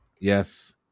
Yes